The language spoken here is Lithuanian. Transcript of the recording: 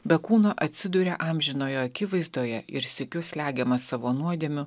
be kūno atsiduria amžinojo akivaizdoje ir sykiu slegiamas savo nuodėmių